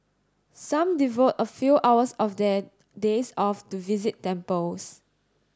some devote a few hours of their days off to visit temples